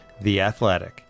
theathletic